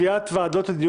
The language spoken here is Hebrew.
לוועדת חוקה,